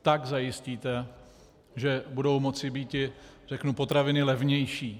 Tak zajistíte, že budou moci býti potraviny levnější.